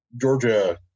Georgia